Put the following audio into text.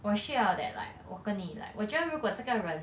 我需要 that like 我跟你 like 我觉得如果这个人